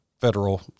federal